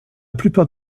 plupart